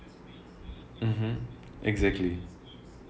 mmhmm exactly